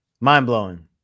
Mind-blowing